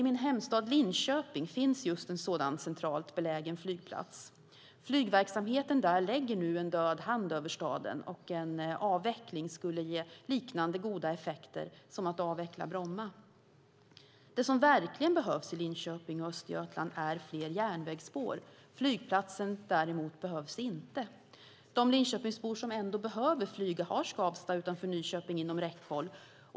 I min hemstad Linköping finns just en sådan centralt belägen flygplats. Flygverksamheten lägger nu en död hand över staden, och en avveckling skulle ge liknande goda effekter som att avveckla Bromma. Det som verkligen behövs i Linköping och Östergötland är fler järnvägsspår. Flygplatsen behövs däremot inte. De Linköpingsbor som ändå behöver flyga har Skavsta utanför Nyköping inom räckhåll.